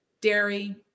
dairy